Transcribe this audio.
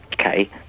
okay